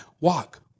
Walk